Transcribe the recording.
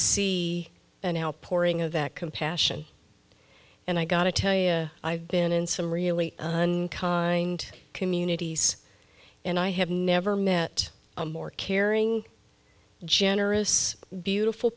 see an outpouring of that compassion and i got to tell you i've been in some really communities and i have never met a more caring generous beautiful